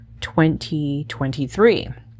2023